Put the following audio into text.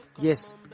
yes